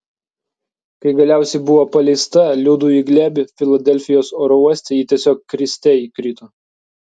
kai galiausiai buvo paleista liudui į glėbį filadelfijos oro uoste ji tiesiog kriste įkrito